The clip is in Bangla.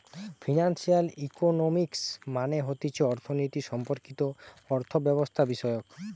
ফিনান্সিয়াল ইকোনমিক্স মানে হতিছে অর্থনীতি সম্পর্কিত অর্থব্যবস্থাবিষয়ক